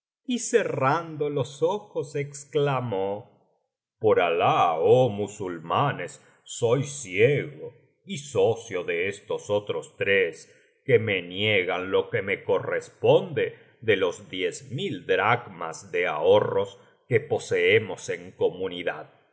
y cerrando los ojos exclamó por alah oh musulmanes soy ciego y socio de estos otros tres que me niegan lo que me corresponde de los diez mil dracmas de ahorros que poseemos en comunidad